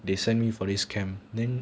they send me for this camp then